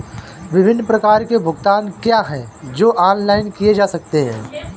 विभिन्न प्रकार के भुगतान क्या हैं जो ऑनलाइन किए जा सकते हैं?